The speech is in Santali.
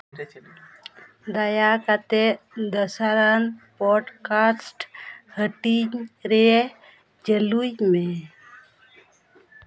ᱫᱟᱭᱟᱠᱟᱛᱮ ᱫᱚᱥᱟᱨᱟᱱ ᱯᱚᱴᱠᱟᱥᱴ ᱦᱟᱹᱴᱤᱧ ᱨᱮ ᱪᱟᱹᱞᱩᱭ ᱢᱮ